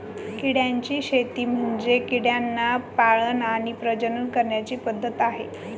किड्यांची शेती म्हणजे किड्यांना पाळण आणि प्रजनन करण्याची पद्धत आहे